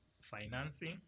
financing